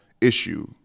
issue